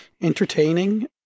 entertaining